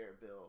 bill